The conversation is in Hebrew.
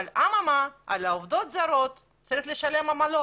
אבל על העובדות הזרות צריך לשלם עמלות